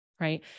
right